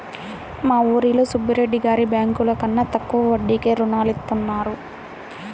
మా ఊరిలో సుబ్బిరెడ్డి గారు బ్యేంకుల కన్నా తక్కువ వడ్డీకే రుణాలనిత్తారు